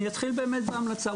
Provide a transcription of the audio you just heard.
אני אתחיל באמת בהמלצה.